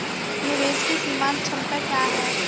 निवेश की सीमांत क्षमता क्या है?